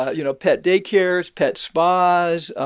ah you know, pet day cares, pet spas.